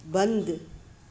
बंदि